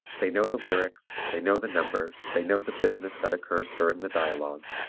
they know the lyrics, they know the numbers, they know the business that occurs during the dialogue,